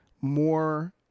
more